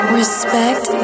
respect